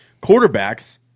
Quarterbacks